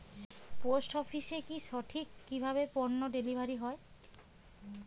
Post অফিসে কি সঠিক কিভাবে পন্য ডেলিভারি হয়?